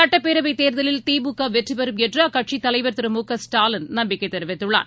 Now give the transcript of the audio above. சுட்டப்பேரவைத் தேர்தலில் திமுகவெற்றிபெறும் என்றுஅக்கட்சியின் தலைவா் திரு மு க ஸ்டாலின் நம்பிக்கைதெரிவித்துள்ளார்